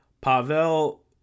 Pavel